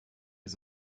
ist